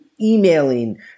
emailing